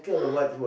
!huh!